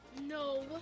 No